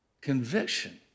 conviction